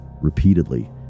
repeatedly